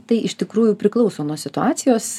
tai iš tikrųjų priklauso nuo situacijos